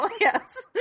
yes